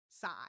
side